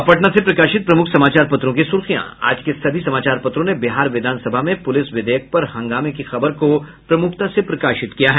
अब पटना से प्रकाशित प्रमुख समाचार पत्रों की सुर्खियां आज के सभी समाचार पत्रों ने बिहार विधानसभा में पुलिस विधेयक पर हंगामे की खबर को प्रमुखता से प्रकाशित किया है